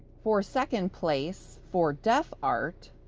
for second place for deaf art,